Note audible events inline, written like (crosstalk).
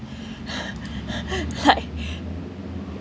(breath) like